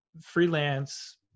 freelance